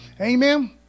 Amen